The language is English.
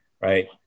Right